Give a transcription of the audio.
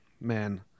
Man